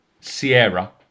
Sierra